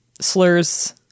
slurs